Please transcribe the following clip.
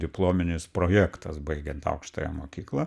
diplominis projektas baigiant aukštąją mokyklą